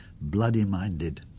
bloody-minded